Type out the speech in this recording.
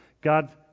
God